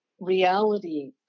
reality